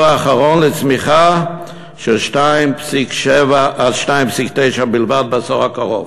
האחרון לצמיחה של 2.7% 2.9% בלבד בעשור הקרוב.